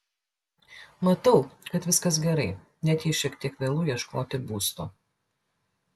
matau kad viskas gerai net jei šiek tiek vėlu ieškoti būsto